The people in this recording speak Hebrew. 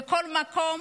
בכל מקום,